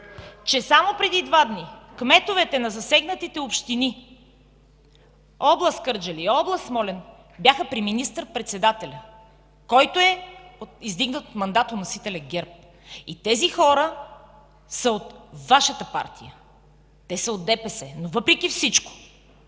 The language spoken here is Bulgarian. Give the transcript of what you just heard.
Само преди два дни кметовете на засегнатите общини, област Кърджали и област Смолян, бяха при министър-председателя, който е издигнат от мандатоносителя ГЕРБ, и тези хора са от Вашата партия. Те са от ДПС, но въпреки всичко